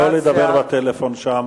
לא לדבר בטלפון שם,